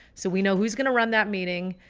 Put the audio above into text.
so we know who's going to run that meeting,